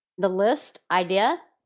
the list idea,